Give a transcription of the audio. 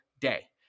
day